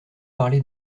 parlé